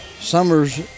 Summers